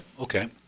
okay